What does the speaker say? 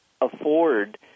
afford